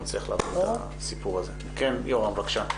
בבקשה, יורם.